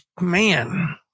man